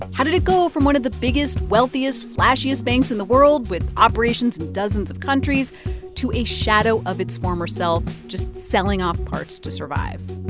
how did it go from one of the biggest, wealthiest, flashiest banks in the world with operations in dozens of countries to a shadow of its former self, just selling off parts to survive?